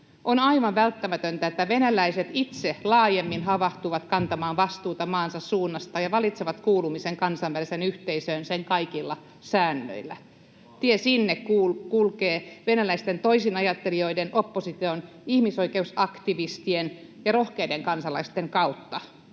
On aivan välttämätöntä, että venäläiset itse laajemmin havahtuvat kantamaan vastuuta maansa suunnasta ja valitsevat kuulumisen kansainväliseen yhteisöön sen kaikilla säännöillä. Tie sinne kulkee venäläisten toisinajattelijoiden, opposition, ihmisoikeusaktivistien ja rohkeiden kansalaisten kautta.